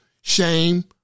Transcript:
shame